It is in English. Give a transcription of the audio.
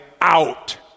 out